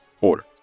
order